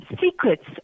secrets